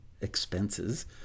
expenses